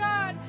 God